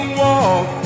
walk